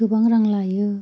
गोबां रां लायो